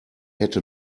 hätte